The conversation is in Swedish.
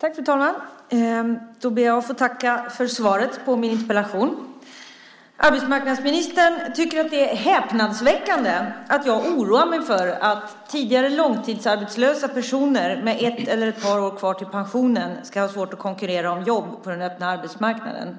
Fru talman! Då ber jag att få tacka för svaret på min interpellation. Arbetsmarknadsministern tycker att det är häpnadsväckande att jag oroar mig för att tidigare långtidsarbetslösa personer med ett eller ett par år kvar till pensionen ska ha svårt att konkurrera om jobb på den öppna arbetsmarknaden.